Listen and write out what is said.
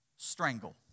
Strangle